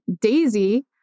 Daisy